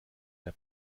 der